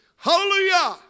Hallelujah